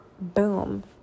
boom